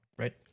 Right